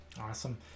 Awesome